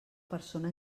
persona